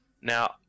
Now